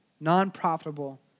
non-profitable